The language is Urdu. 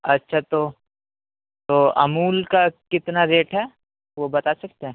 اچھا تو تو امول کا کتنا ریٹ ہے وہ بتا سکتے ہیں